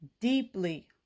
deeply